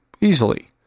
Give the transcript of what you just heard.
easily